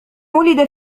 ولد